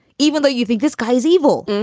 even though you think this guy is evil